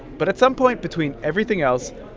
but at some point between everything else,